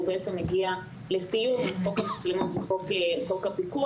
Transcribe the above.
הוא בעצם הגיע לסיום חוק המצלמות וחוק הפיקוח,